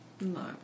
No